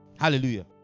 Hallelujah